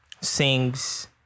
sings